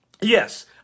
Yes